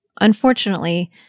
Unfortunately